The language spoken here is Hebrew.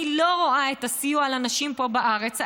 אני לא רואה את הסיוע לנשים פה בארץ,